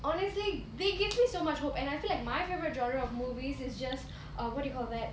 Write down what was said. honestly they give me so much hope and I feel like my favourite genre of movies is just err what do you call that